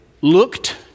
looked